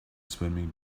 swimming